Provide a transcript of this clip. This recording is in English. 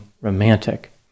romantic